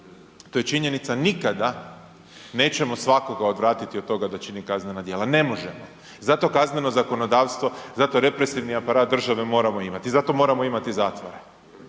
to je činjenica, nikada nećemo svakoga odvratiti od toga da čini kaznena djela, ne možemo, zato kazneno zakonodavstvo, zato represivni aparat države moramo imati, zato moramo imati zatvore,